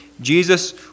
Jesus